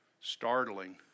startling